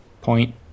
point